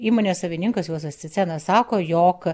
įmonės savininkas juozas cicėnas sako jog